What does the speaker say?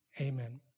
Amen